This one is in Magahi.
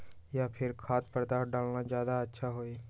या फिर खाद्य पदार्थ डालना ज्यादा अच्छा होई?